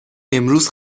امروز